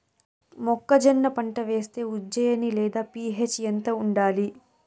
మొక్కజొన్న పంట వేస్తే ఉజ్జయని లేదా పి.హెచ్ ఎంత ఉండాలి?